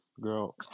girl